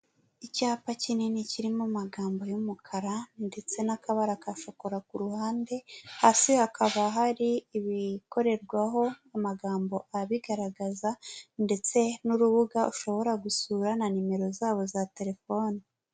Icyapa kinini kirimo amagambo y'umukara ndetse n'akabara ka shokora ku ruhande, hasi hakaba hari ibikorerwaho amagambo abigaragaza ndetse n'urubuga ushobora gusura na nimero zabo za telefoni.